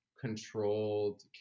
controlled